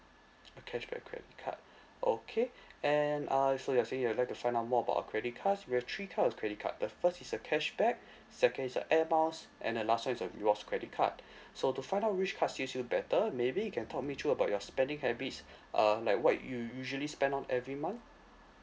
a cashback credit card okay and uh so you're saying you would like to find out more about our credit cards we have three type of credit card the first is a cashback second is a air miles and the last one is a rewards credit card so to find out which card suits you better maybe you can talk me through about your spending habits uh like what you usually spend on every month